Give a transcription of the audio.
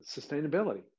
sustainability